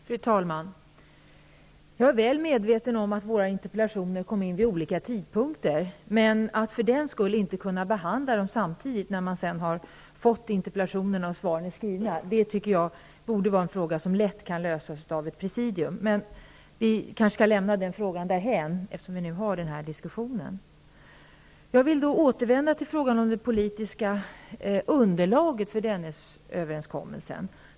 Fru talman! Jag är väl medveten om att våra interpellationer lämnades in vid olika tidpunkter, men att man inte kan behandla dem samtidigt när man har fått interpellationerna och när svaren är skrivna, tycker jag borde vara en fråga som lätt kan lösas av ett presidium. Men vi kanske skall lämna denna fråga därhän, eftersom vi nu har denna diskussion. Jag vill återvända till frågan om det politiska underlaget för Dennisöverkommelsen.